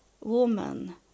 woman